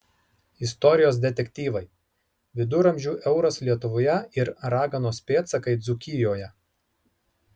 istorijos detektyvai viduramžių euras lietuvoje ir raganos pėdsakai dzūkijoje